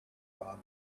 vonda